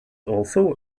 also